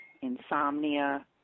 insomnia